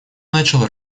начал